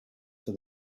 for